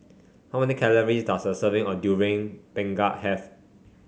how many calories does a serving of Durian Pengat have